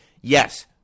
yes